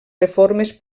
reformes